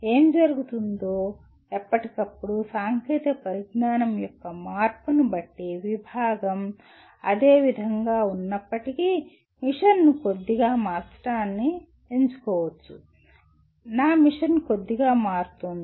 ఏమి జరుగుతుందో ఎప్పటికప్పుడు సాంకేతిక పరిజ్ఞానం యొక్క మార్పును బట్టి విభాగం అదే విధంగా ఉన్నప్పటికీ మిషన్ను కొద్దిగా మార్చడానికి ఎంచుకోవచ్చు నా మిషన్ కొద్దిగా మారుతుంది